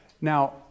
Now